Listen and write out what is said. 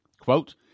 Quote